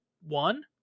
One